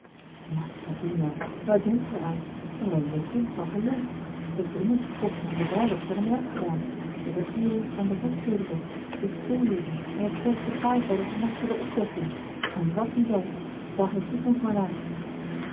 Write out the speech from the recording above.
maar sabina waar denkt gij aan daar hebben wij sinds a l g bosboom-toussaint de delftsche wonderdokter eel van geleefd de dringendste kosten van de bruiloft zijn er meê afgedaan de vereering aan den hofprediker de speellieden en het volk te paard bij de gemaskerde optochten en wat niet al vraag er siegmund maar naar